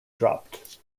dropped